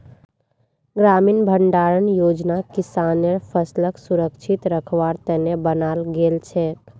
ग्रामीण भंडारण योजना किसानेर फसलक सुरक्षित रखवार त न बनाल गेल छेक